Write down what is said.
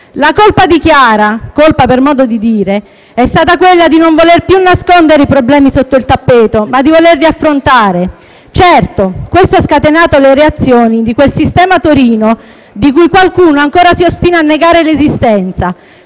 La colpa di Chiara - colpa per modo di dire - è stata quella di non voler più nascondere i problemi sotto il tappeto, ma di volerli affrontare. Certo, questo ha scatenato le reazioni di quel "sistema Torino" di cui qualcuno ancora si ostina a negare l'esistenza;